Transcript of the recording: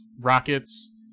rockets